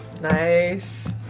Nice